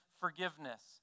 forgiveness